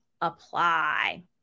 apply